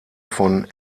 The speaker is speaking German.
von